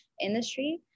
industry